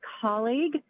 colleague